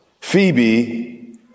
Phoebe